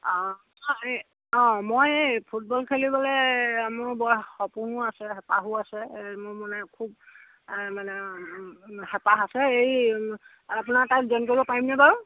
অ অ মই এই ফুটবল খেলিবলৈ মোৰ বৰ সপোনো আছে হেঁপাহো আছে এই মোৰ মানে খুব মানে হেঁপাহ আছে এই আপোনাৰ তাত জইন কৰিব পাৰিমনে বাৰু